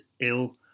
ill